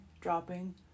dropping